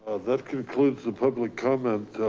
ah that concludes the public comment.